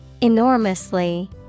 Enormously